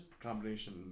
combination